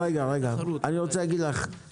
איזה תחרות יש פה?